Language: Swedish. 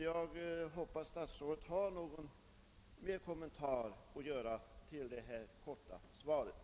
Jag hoppas att statsrådet har någon ytterligare kommentar att göra förutom det korta svaret.